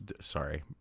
Sorry